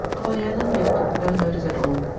of olenin they took no notice at all,